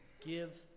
give